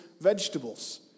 vegetables